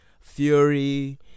Fury